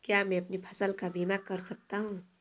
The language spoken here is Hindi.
क्या मैं अपनी फसल का बीमा कर सकता हूँ?